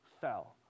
fell